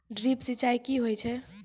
Drip सिंचाई कि होय छै?